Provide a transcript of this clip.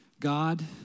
God